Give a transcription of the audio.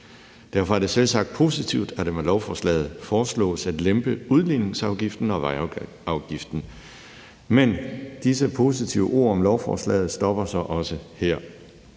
Derfor er det selvsagt positivt, at det med lovforslaget foreslås at lempe udligningsafgiften og vejafgiften. Men disse positive ord om lovforslaget stopper så også her.